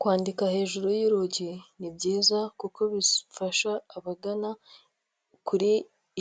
Kwandika hejuru y'urugi ni byiza, kuko bifasha abagana kuri